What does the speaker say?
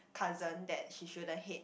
cousin that she shouldn't hate